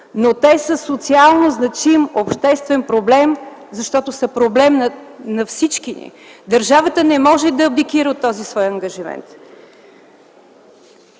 Но те са социално значим обществен проблем, защото са проблем на всички ни! Държавата не може да абдикира от този свой ангажимент.